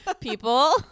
people